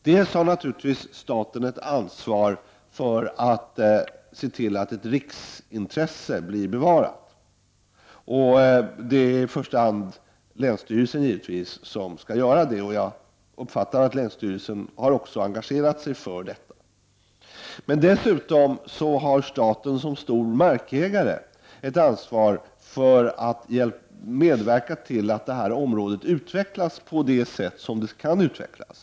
Staten har naturligtvis ett ansvar för att ett riksintresse bevaras. Det är naturligtvis i första hand länsstyrelsen som skall se till detta, och jag uppfattar att länsstyrelsen också har engagerat sig för detta. Men staten har som stor markägare dessutom ett ansvar för att detta område utvecklas på det sätt som det kan utvecklas.